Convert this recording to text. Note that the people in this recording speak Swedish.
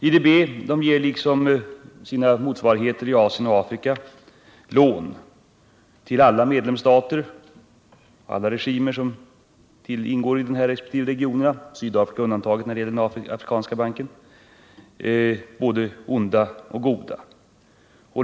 IDB och dess motsvarigheter i Asien och Afrika ger lån till alla medlemsstater, alla regimer som ingår i de resp. regionerna, både onda och goda — Sydafrika undantaget när det gäller den afrikanska banken.